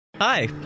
Hi